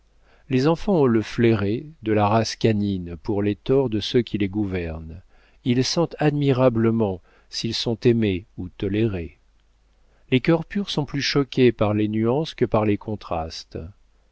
les enfants ont le flairer de la race canine pour les torts de ceux qui les gouvernent ils sentent admirablement s'ils sont aimés ou tolérés les cœurs purs sont plus choqués par les nuances que par les contrastes